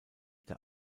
der